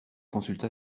consulta